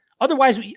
Otherwise